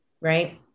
right